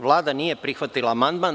Vlada nije prihvatila amandman.